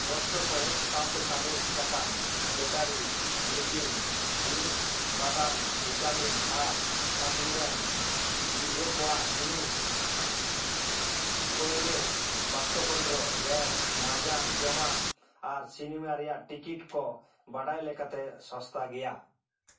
ᱠᱚᱥᱴᱚ ᱥᱚᱦᱮᱫ ᱥᱟᱶᱛᱮ ᱥᱟᱸᱫᱮᱥ ᱥᱟᱠᱟᱢ ᱵᱮᱴᱟᱨᱤ ᱵᱮᱠᱤᱝ ᱡᱤᱱᱤᱥ ᱵᱟᱫᱟᱢ ᱵᱷᱤᱴᱟᱢᱤᱱ ᱟᱨ ᱥᱟᱢᱯᱞᱤᱢᱮᱱᱴ ᱜᱤᱫᱽᱨᱟᱹ ᱠᱚᱣᱟᱜ ᱡᱤᱱᱤᱥ ᱯᱟᱹᱣᱨᱟᱹ ᱵᱟᱠᱥᱚᱯᱚᱱᱰᱨᱚ ᱜᱮᱥ ᱢᱟᱡᱟᱱ ᱡᱚᱢᱟᱜ ᱟᱨ ᱥᱤᱱᱮᱢᱟ ᱨᱮᱭᱟᱜ ᱴᱤᱠᱤᱴ ᱠᱚ ᱵᱟᱰᱟᱭ ᱞᱮᱠᱟ ᱛᱮ ᱥᱚᱥᱛᱟ ᱜᱮᱭᱟ